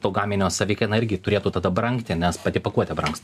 to gaminio savikaina irgi turėtų tada brangti nes pati pakuotė brangsta